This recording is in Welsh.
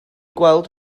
gweld